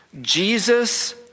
Jesus